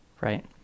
right